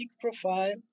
profile